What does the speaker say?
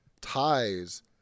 ties